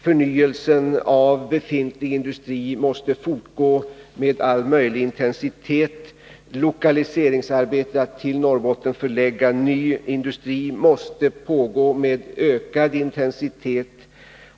Förnyelsen av befintlig industri måste fortgå med all möjlig intensitet. Lokaliseringsarbetena med att till Norrbotten förlägga ny industri måste pågå med ökad intensitet.